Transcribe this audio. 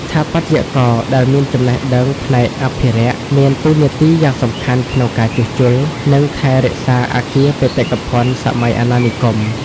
ស្ថាបត្យករដែលមានចំណេះដឹងផ្នែកអភិរក្ស មានតួនាទីយ៉ាងសំខាន់ក្នុងការជួសជុល និងថែរក្សាអគារបេតិកភណ្ឌសម័យអាណានិគម។